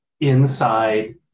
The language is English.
inside